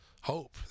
hope